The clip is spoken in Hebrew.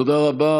תודה רבה.